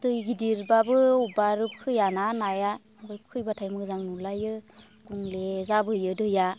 दै गिदिरबाबो बबेबा आरो फैयाना नाया फैबाथाय मोजां नुलायो गुंले जाबोयो दैया